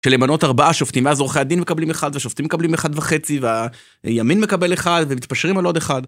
של למנות ארבעה שופטים. ואז עורכי הדין מקבלים אחד, והשופטים מקבלים אחד וחצי, והימין מקבל אחד, ומתפשרים על עוד אחד.